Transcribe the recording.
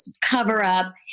cover-up